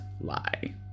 lie